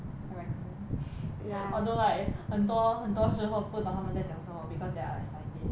I recommend although like 很多很多时候不懂他们在讲什么 because they are scientists but